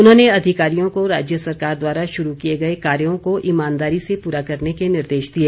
उन्होंने अधिकारियों को राज्य सरकार द्वारा शुरू किए गए कार्यों को ईमानदारी से पूरा करने के निर्देश दिए